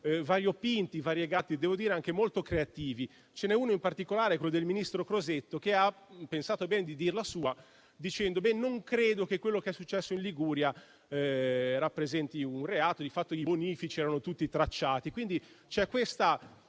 variopinti, variegati e, devo dire, anche molto creativi. Ne cito uno in particolare, quello del ministro Crosetto, che ha pensato bene di dire la sua, affermando che non crede che quanto accaduto in Liguria rappresenti un reato, perché, di fatto, i bonifici erano tutti tracciati. Quindi, la